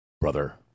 Brother